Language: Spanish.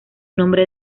nombre